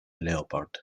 leopard